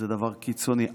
זה דבר קיצוני.